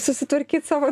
susitvarkyt savo